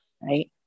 right